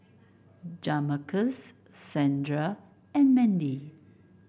Jamarcus Sandra and Mandy